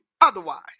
otherwise